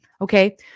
Okay